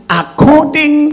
according